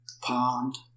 pond